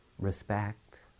respect